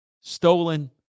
stolen